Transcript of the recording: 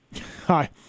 Hi